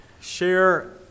share